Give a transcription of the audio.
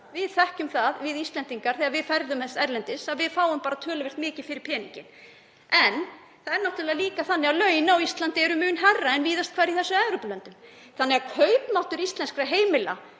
Við þekkjum það, við Íslendingar, þegar við ferðumst erlendis, að við fáum töluvert mikið fyrir peninginn. En það er náttúrlega líka þannig að laun á Íslandi eru mun hærri en víðast hvar í þessum Evrópulöndum þannig að kaupmáttur íslenskra heimila